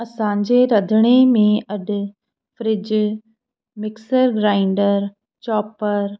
असांजे रंधिणे में अॼु फ्रिज मिक्सर ग्राईंडर चोपर